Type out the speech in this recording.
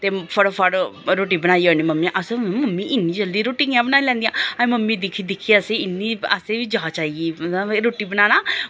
ते फटोफट रुट्टी बनाई ओड़नी मम्मी नै अस अम मम्मी इन्नी जल्दी रुट्टी कि'यां बनाई लैंदियां अस मम्मी दिक्खी दिक्खियै असे इन्नी असें बी जाच आई गेई मतलब रुट्टी बनाना कोई